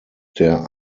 der